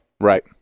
Right